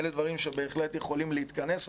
אלה דברים שבהחלט יכולים להתכנס.